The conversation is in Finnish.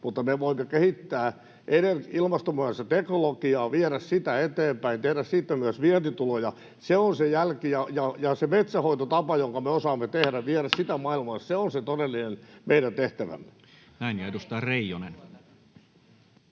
Me voimme kehittää ilmastomyönteistä teknologiaa, viedä sitä eteenpäin, tehdä siitä myös vientituloja. Se on se jälki, ja sitä metsänhoitotapaa, jonka me osaamme, voimme viedä maailmalle — se on se meidän todellinen tehtävämme. Näin. — Ja edustaja Reijonen.